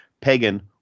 pagan